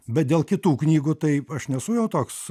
bet dėl kitų knygų taip aš nesu jau toks